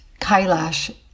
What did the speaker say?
Kailash